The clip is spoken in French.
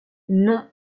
non